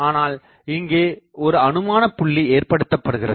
ஆனால் இங்கே ஒரு அனுமானபுள்ளி ஏற்படுத்தப்படுகிறது